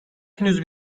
henüz